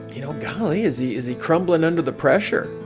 you know, golly is he is he crumbling under the pressure?